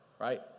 right